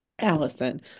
Allison